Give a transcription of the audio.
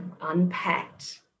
unpacked